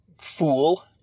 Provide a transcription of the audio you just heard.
fool